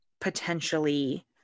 potentially